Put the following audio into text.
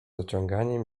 ociąganiem